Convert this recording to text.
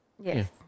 yes